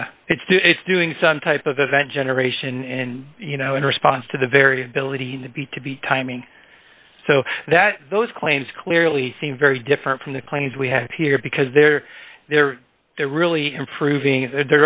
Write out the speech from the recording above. yeah it's doing some type of event generation and you know in response to the variability in the b to b timing so that those claims clearly seem very different from the claims we have here because they're there they're really improving